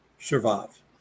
survive